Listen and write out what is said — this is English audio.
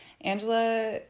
Angela